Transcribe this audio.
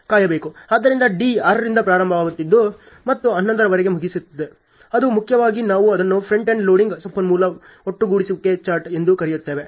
ಆದ್ದರಿಂದ D 6 ರಿಂದ ಪ್ರಾರಂಭವಾಗುತ್ತಿದೆ ಮತ್ತು 11 ರವರೆಗೆ ಮುಗಿಸುತ್ತಿದೆ ಅದು ಮುಖ್ಯವಾಗಿ ನಾವು ಅದನ್ನು ಫ್ರಂಟ್ ಎಂಡ್ ಲೋಡಿಂಗ್ ಸಂಪನ್ಮೂಲ ಒಟ್ಟುಗೂಡಿಸುವಿಕೆ ಚಾರ್ಟ್ ಎಂದು ಕರೆಯುತ್ತೇವೆ